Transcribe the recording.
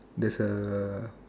there's a